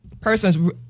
person's